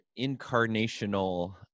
incarnational